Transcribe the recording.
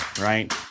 right